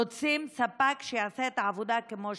רוצים ספק שיעשה את העבודה כמו שצריך,